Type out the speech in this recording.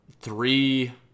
three